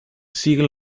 sigue